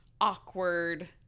awkward